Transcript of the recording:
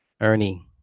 Ernie